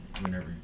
whenever